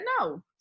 no